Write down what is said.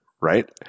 right